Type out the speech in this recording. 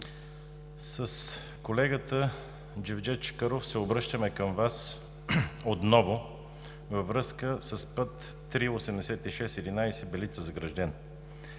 с колегата Джевдет Чакъров се обръщаме към Вас отново във връзка с път III-8611 Белица – Загражден.